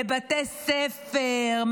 בבתי ספר,